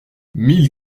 mille